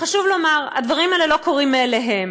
חשוב לומר: הדברים האלה לא קורים מאליהם.